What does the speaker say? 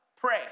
Pray